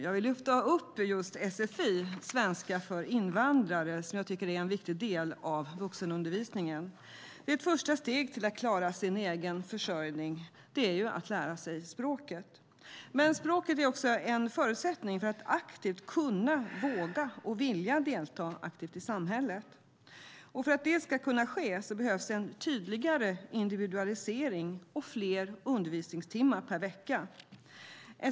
Jag vill lyfta upp sfi, svenska för invandrare, som jag tycker är en viktig del av vuxenundervisningen. Ett första steg till att klara sin egen försörjning är att lära sig språket. Men språket är också en förutsättning för att aktivt kunna, våga och vilja delta i samhället. För att det ska kunna ske behövs en tydligare individualisering och fler undervisningstimmar per vecka.